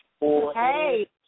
Hey